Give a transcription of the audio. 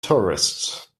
tourists